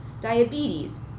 diabetes